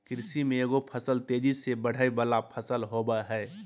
कृषि में एगो फसल तेजी से बढ़य वला फसल होबय हइ